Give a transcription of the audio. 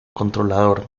controlador